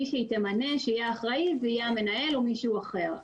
מי שהיא תמנה שיהיה אחראי זה יהיה המנהל או מישהו אחר,